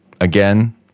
again